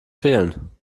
fehlen